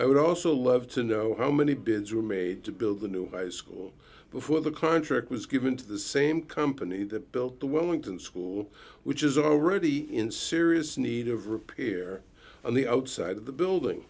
i would also love to know how many bids were made to build a new high school before the contract was given to the same company that built the wellington school which is already in serious need of repair on the outside of the building